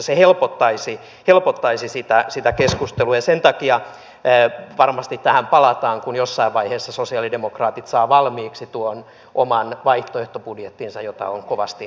se helpottaisi sitä keskustelua ja sen takia varmasti tähän palataan kun jossain vaiheessa sosialidemokraatit saavat valmiiksi tuon oman vaihtoehtobudjettinsa jota on kovasti odotettu